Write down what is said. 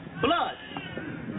blood